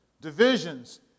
divisions